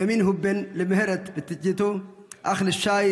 בנימין הוא בן למהרט וטג'יטו ואח לשי,